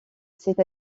c’est